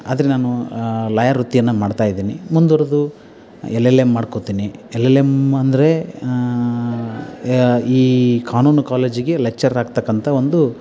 ಆದರೆ ನಾನು ಲಾಯರ್ ವೃತ್ತಿಯನ್ನು ಮಾಡ್ತಾ ಇದ್ದೀನಿ ಮುಂದುವರ್ದು ಎಲ್ ಎಲ್ ಎಮ್ ಮಾಡ್ಕೊತೀನಿ ಎಲ್ ಎಲ್ ಎಮ್ ಅಂದರೆ ಈ ಕಾನೂನು ಕಾಲೇಜಿಗೆ ಲೆಕ್ಚರ್ ಆಗ್ತಕ್ಕಂತ ಒಂದು